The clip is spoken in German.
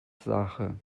sache